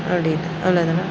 அப்படின்னு அவ்வளோ தானா